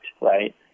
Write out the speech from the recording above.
right